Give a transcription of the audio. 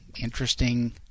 interesting